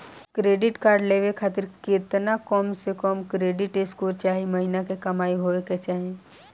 Credit card लेवे खातिर केतना कम से कम क्रेडिट स्कोर चाहे महीना के कमाई होए के चाही?